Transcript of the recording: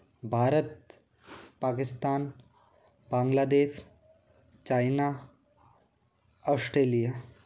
Bharat Pakistan Bangladesh China Australia